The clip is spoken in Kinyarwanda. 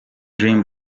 dream